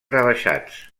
rebaixats